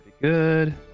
Good